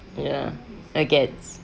yeah nuggets